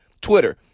Twitter